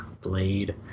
blade